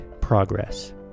progress